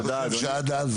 תודה, אדוני.